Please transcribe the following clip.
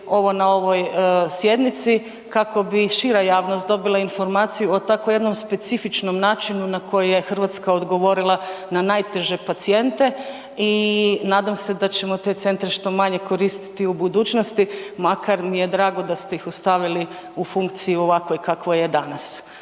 ovo na ovoj sjednici kako bi šira javnost dobila informaciju o tako jednom specifičnom načinu na koji je Hrvatska odgovorila na najteže pacijente i nadam se da ćemo te centre što manje koristiti u budućnosti, makar mi je drago da ste ih ostavili u funkciji u ovakvoj u kakvoj je danas.